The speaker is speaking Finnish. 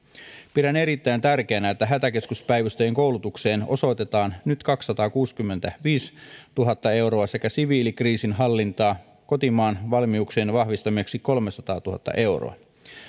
pidän erittäin tärkeänä että hätäkeskuspäivystäjien koulutukseen osoitetaan nyt kaksisataakuusikymmentäviisituhatta euroa sekä siviilikriisinhallintaan kotimaan valmiuksien vahvistamiseksi kolmesataatuhatta euroa